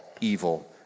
evil